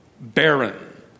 barren